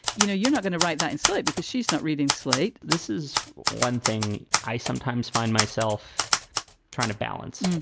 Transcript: you know, you're not gonna write that in slate because she's not reading slate this is one thing i sometimes find myself trying to balance.